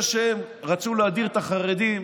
זה שהם רצו להדיר את החרדים,